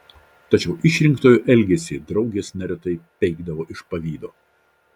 tačiau išrinktojo elgesį draugės neretai peikdavo iš pavydo